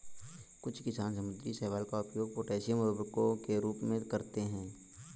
कुछ किसान समुद्री शैवाल का उपयोग पोटेशियम उर्वरकों के रूप में करते हैं